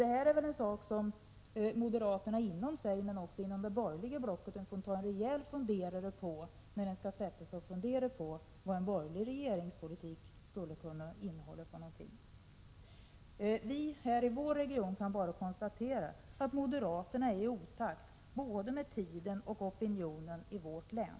Detta är väl en sak som moderaterna inom sitt eget parti men också inom det borgerliga blocket får ta sig en rejäl funderare på när de skall komma fram till vad en borgerlig regeringspolitik skulle kunna innehålla. Vi här i vår region kan bara konstatera att moderaterna är i otakt både med tiden och med opinionen i vårt län.